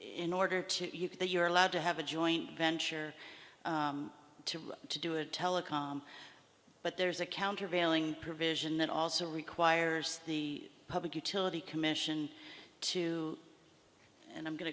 in order to you that you're allowed to have a joint venture to to do a telecom but there's a countervailing provision that also requires the public utility commission to and i'm going